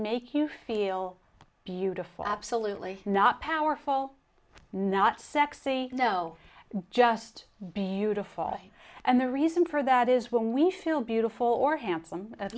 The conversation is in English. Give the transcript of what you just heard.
make you feel beautiful absolutely not powerful not sexy no just beautiful and the reason for that is when we feel beautiful or handsome at